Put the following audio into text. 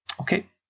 okay